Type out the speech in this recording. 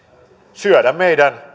syödä meidän